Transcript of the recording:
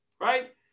right